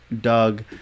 Doug